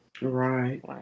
right